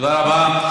תודה רבה.